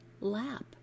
lap